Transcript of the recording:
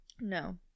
No